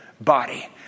body